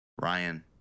Ryan